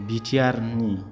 बिटिआरनि